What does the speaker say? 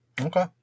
Okay